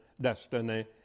destiny